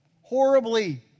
horribly